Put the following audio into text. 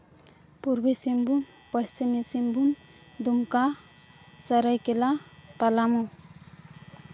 ᱯᱩᱨᱵᱤ ᱥᱤᱝᱵᱷᱩᱢ ᱯᱟᱥᱪᱤᱢ ᱥᱤᱝᱵᱷᱩᱢ ᱫᱩᱢᱠᱟ ᱥᱟᱨᱟᱭᱠᱮᱞᱟ ᱯᱟᱞᱟᱢᱳ